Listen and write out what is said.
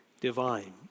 divine